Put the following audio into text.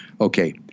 Okay